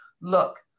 look